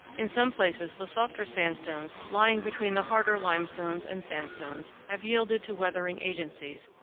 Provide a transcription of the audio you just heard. in some places the softer sandstones lying between the harder limestones and sandstones have yielded to weathering agencies,